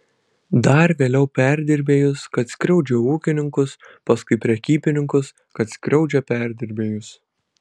dar vėliau perdirbėjus kad skriaudžia ūkininkus paskui prekybininkus kad skriaudžia perdirbėjus